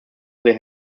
they